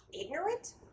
ignorant